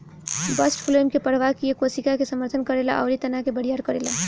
bast phloem के प्रवाह किये कोशिका के समर्थन करेला अउरी तना के बरियार करेला